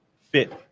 fit